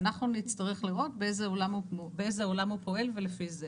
אנחנו נצטרך באיזה עולם הוא פועל ולפי זה.